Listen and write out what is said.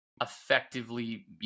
effectively